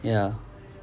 ya